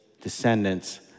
descendants